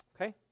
okay